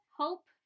hope